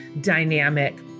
dynamic